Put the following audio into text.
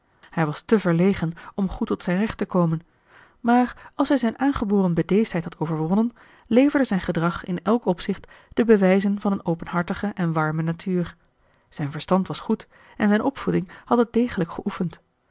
hij was te verlegen om goed tot zijn recht te komen maar als hij zijn aangeboren bedeesdheid had overwonnen leverde zijn gedrag in elk opzicht de bewijzen van een openhartige en warme natuur zijn verstand was goed en zijne opvoeding had het degelijk geoefend